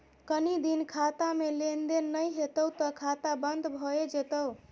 कनी दिन खातामे लेन देन नै हेतौ त खाता बन्न भए जेतौ